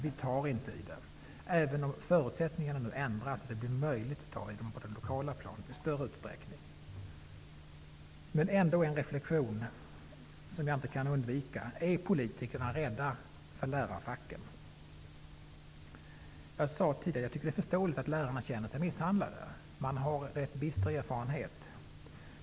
Vi tar inte itu med det, även om förutsättningarna nu ändras så att det på det lokala planet blir möjligt att ta itu med det i större utsträckning. En reflektion som jag inte kan undvika: Är politikerna rädda för lärarfacken? Jag sade tidigare att jag tycker det är förståeligt att lärarna känner sig misshandlade. De har en ganska bister erfarenhet.